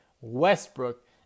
Westbrook